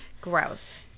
Gross